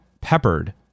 peppered